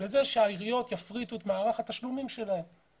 לזה שהעיריות תפרטנה את